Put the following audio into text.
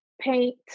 paint